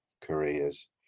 careers